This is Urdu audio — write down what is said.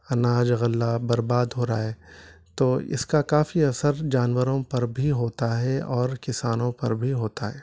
اناج غلہ برباد ہو رہا ہے تو اس کا کافی اثر جانوروں پر بھی ہوتا ہے اور کسانوں پر بھی ہوتا ہے